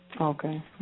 Okay